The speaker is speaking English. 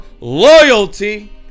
loyalty